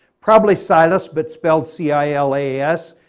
probably cilus, but spelled c i l a s,